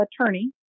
attorney